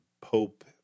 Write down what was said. Pope